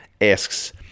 asks